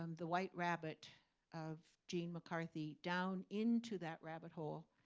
um the white rabbit of gene mccarthy down into that rabbit hole.